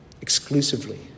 exclusively